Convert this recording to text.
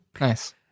Nice